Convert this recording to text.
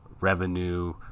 revenue